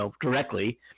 directly –